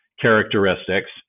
characteristics